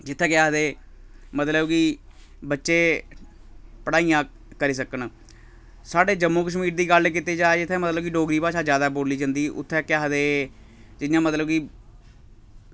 जित्थै केह् आखदे मतलब कि बच्चे पढ़ाइयां करी सकन साढ़े जम्मू कश्मीर दी गल्ल कीती जा जित्थै मतलब कि डोगरी भाशा जैदा बोली जंदी उत्थै केह् आक्खदे जि'यां मतलब कि